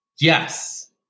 Yes